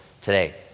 today